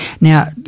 Now